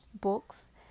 books